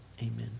amen